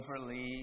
overly